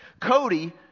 Cody